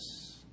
Yes